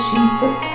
Jesus